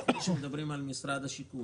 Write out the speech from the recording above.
אבל לפני שמדברים על משרד הבינוי והשיכון